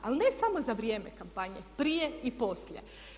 Ali ne samo za vrijeme kampanje, prije i poslije.